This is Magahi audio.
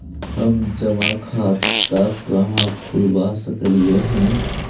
हम जमा खाता कहाँ खुलवा सक ही?